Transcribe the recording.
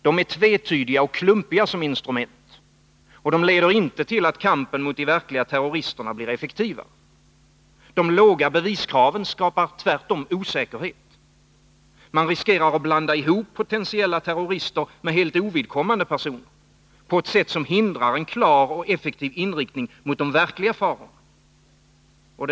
De är tvetydiga och klumpiga som instrument. De leder inte till att kampen mot de verkliga terroristerna blir effektivare. De låga beviskraven skapar tvärtom osäkerhet. Man riskerar att blanda ihop potentiella terrorister med helt ovidkommande personer på ett sätt som hindrar en klar och effektiv inriktning mot de verkliga farorna.